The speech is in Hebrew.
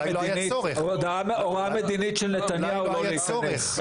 זו הוראה מדינית של נתניהו לא להיכנס.